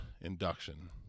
induction